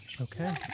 Okay